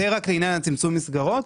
בעבר היה צמצום מסגרות,